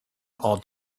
all